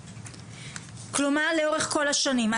כלומר לאורך כל השנים.